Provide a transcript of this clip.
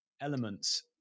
elements